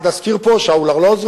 אני חייב להזכיר פה את שאול ארלוזורוב,